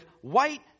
white